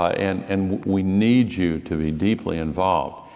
ah and and we need you to be deeply involved,